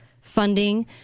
funding